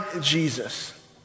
Jesus